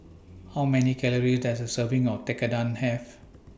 How Many Calories Does A Serving of Tekkadon Have